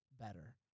better